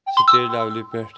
state لیولہِ پٮ۪ٹھ